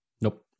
Nope